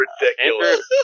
ridiculous